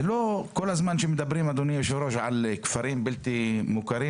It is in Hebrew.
כל הזמן שמדברים אדוני היושב-ראש על כפרים בלתי מוכרים,